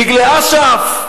דגלי אש"ף,